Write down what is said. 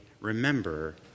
remember